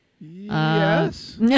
yes